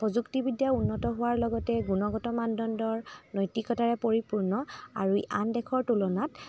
প্ৰযুক্তিবিদ্যা উন্নত হোৱাৰ লগতে গুণগত মানদণ্ডৰ নৈতিকতাৰে পৰিপূৰ্ণ আৰু আন দেশৰ তুলনাত